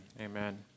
Amen